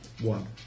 One